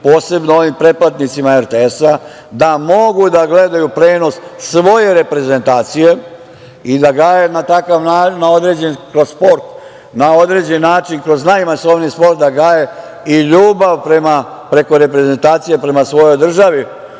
posebno onim pretplatnicima RTS-a, da mogu da gledaju prenos svoje reprezentacije i da gaje, kroz sport, na određeni način, kroz najmasovniji sport, da gaje i ljubav, preko reprezentacije, prema svojoj državi